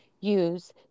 use